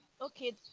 Okay